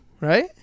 right